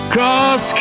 Cross